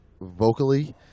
vocally